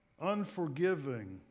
unforgiving